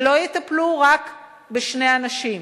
שלא יטפלו רק בשני אנשים,